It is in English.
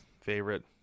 favorite